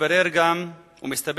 מתברר גם שבקוראן